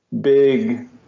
big